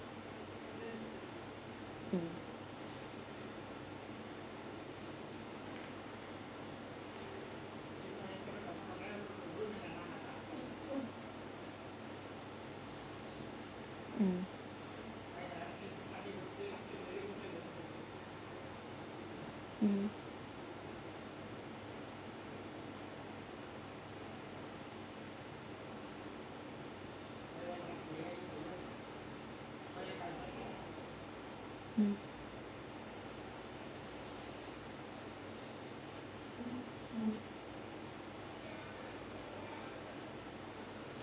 mm mm mm mm mm